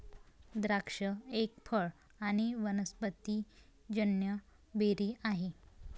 द्राक्ष एक फळ आणी वनस्पतिजन्य बेरी आहे